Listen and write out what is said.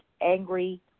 angry